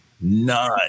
none